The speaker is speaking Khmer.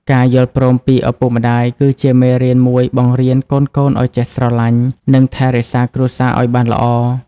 ការយល់ព្រមពីឪពុកម្ដាយគឺជាមេរៀនមួយបង្រៀនកូនៗឱ្យចេះស្រឡាញ់ និងថែរក្សាគ្រួសារឱ្យបានល្អ។